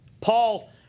Paul